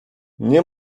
nie